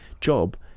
job